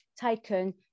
taken